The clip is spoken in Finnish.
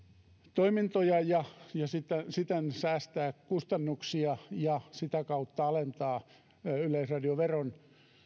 toimintoja ja siten säästää kustannuksia ja sitä kautta alentaa yleisradioveron